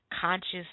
conscious